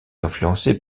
influencés